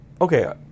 okay